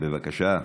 בבקשה.